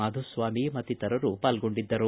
ಮಾಧುಸ್ವಾಮಿ ಮತ್ತಿತರರು ಪಾಲ್ಗೊಂಡಿದ್ದರು